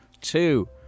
two